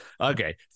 Okay